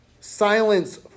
silence